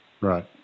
Right